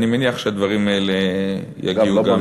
אני מניח שהדברים האלה יגיעו גם,